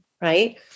right